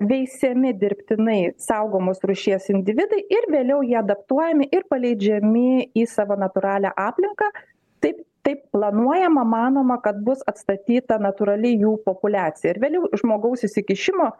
veisiami dirbtinai saugomos rūšies individai ir vėliau jie adaptuojami ir paleidžiami į savo natūralią aplinką taip taip planuojama manoma kad bus atstatyta natūrali jų populiacija ir vėliau žmogaus įsikišimo